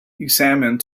examined